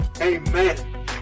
Amen